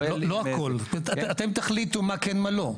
לא הכל, אתם תחליטו מה כן מה לא.